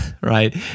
right